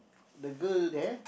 the girl there